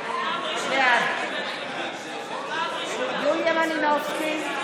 בעד יוליה מלינובסקי,